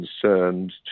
concerned